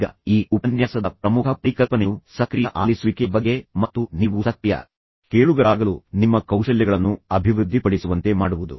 ಈಗ ಈ ಉಪನ್ಯಾಸದ ಪ್ರಮುಖ ಪರಿಕಲ್ಪನೆಯು ಸಕ್ರಿಯ ಆಲಿಸುವಿಕೆಯ ಬಗ್ಗೆ ಮತ್ತು ನೀವು ಸಕ್ರಿಯ ಕೇಳುಗರಾಗಲು ನಿಮ್ಮ ಕೌಶಲ್ಯಗಳನ್ನು ಅಭಿವೃದ್ಧಿಪಡಿಸುವಂತೆ ಮಾಡುವುದು